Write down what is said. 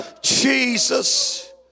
Jesus